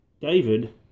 David